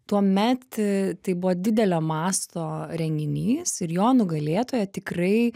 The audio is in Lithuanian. tuomet tai buvo didelio mąsto renginys ir jo nugalėtoja tikrai